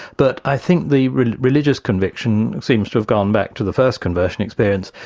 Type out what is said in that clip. but i think the religious conviction seems to have gone back to the first conversion experience.